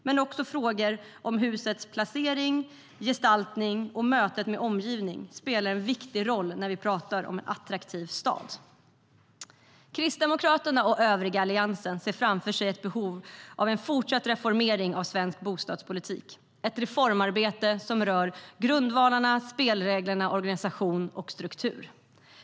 Men också frågor om husens placering, gestaltning och möte med omgivningen spelar en viktig roll när vi pratar om en attraktiv stad. Kristdemokraterna och övriga Alliansen ser framför sig ett behov av en fortsatt reformering av svensk bostadspolitik, ett reformarbete som rör grundvalar, spelregler, organisation och struktur.